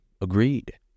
Agreed